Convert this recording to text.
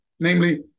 Namely